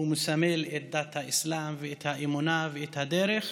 והוא מסמל את דת האסלאם ואת האמונה והדרך,